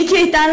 מיקי איתן,